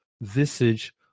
visage